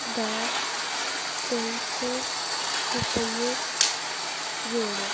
ਦਾ ਤਿੰਨ ਸੌ ਰੁਪਈਏ ਜੋੜੋ